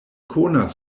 konas